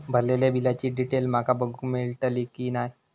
भरलेल्या बिलाची डिटेल माका बघूक मेलटली की नाय?